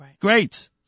Great